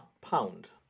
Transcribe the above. pound